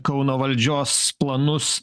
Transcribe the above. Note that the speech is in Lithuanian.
kauno valdžios planus